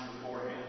beforehand